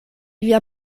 via